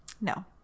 No